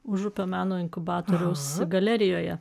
užupio meno inkubatoriaus galerijoje